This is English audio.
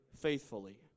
faithfully